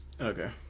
Okay